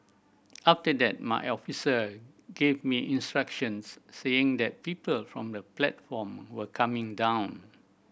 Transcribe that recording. after that my officer gave me instructions saying that people from the platform were coming down